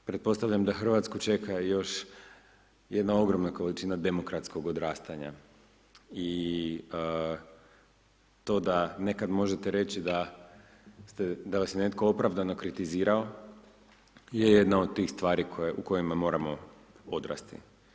Pretpostavljam da Hrvatsku čeka još jedna ogromna količina demokratskog odrastanja i to da nekad možete reći da vas je netko opravdano kritizirao je jedna od tih stvari u kojima moramo odrasti.